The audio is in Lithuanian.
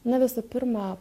na visų pirma